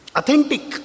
Authentic